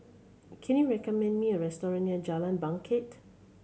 can you recommend me a restaurant near Jalan Bangket